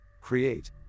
create